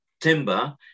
Timber